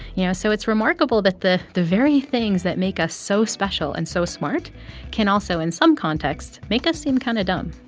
you know? so it's remarkable that the the very things that make us so special and so smart can also, in some context, make us seem kind of dumb